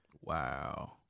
Wow